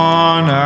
one